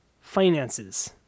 finances